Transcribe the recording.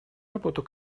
работу